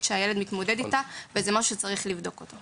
שהילד מתמודד איתה וזה משהו שצריך לבדוק אותו.